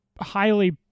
highly